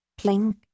plink